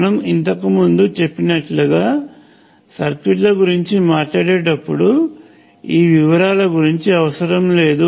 మనం ఇంతకు ముందు చెప్పినట్లుగా సర్క్యూట్ల గురించి మాట్లాడేటప్పుడు ఈ వివరాల గురించి అవసరం లేదు